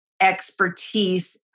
expertise